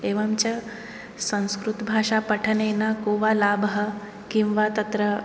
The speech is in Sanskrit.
एवञ्च संस्कृतभाषा पठनेन को वा लाभः किं वा तत्र